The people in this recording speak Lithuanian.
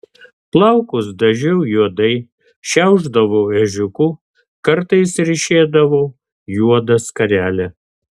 plaukus dažiau juodai šiaušdavau ežiuku kartais ryšėdavau juodą skarelę